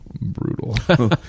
brutal